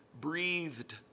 breathed